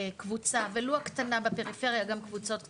ולו הקטנה בפריפריה גם קבוצות קטנות.